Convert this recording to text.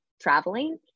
traveling